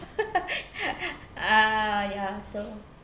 ah ya so